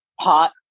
pot